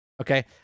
okay